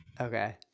Okay